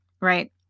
right